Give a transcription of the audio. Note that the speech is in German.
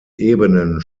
ebenen